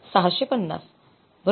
६५० बरोबर